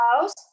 house